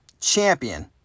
champion